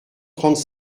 trente